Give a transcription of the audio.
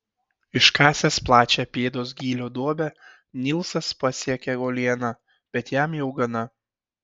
iškasęs plačią pėdos gylio duobę nilsas pasiekia uolieną bet jam jau gana